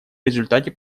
результате